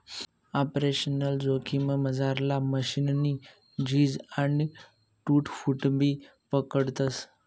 operational जोखिममझार मशीननी झीज आणि टूट फूटबी पकडतस